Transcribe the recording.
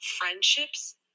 friendships